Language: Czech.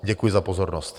Děkuji za pozornost.